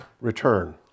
return